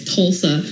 Tulsa